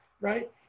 right